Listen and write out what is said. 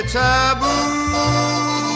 taboo